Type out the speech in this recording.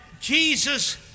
Jesus